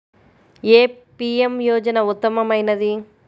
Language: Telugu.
ఏ పీ.ఎం యోజన ఉత్తమమైనది?